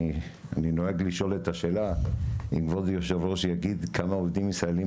אני נוהג לשאול את השאלה אם כבוד יושב הראש יגיד כמה ישראליים